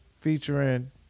featuring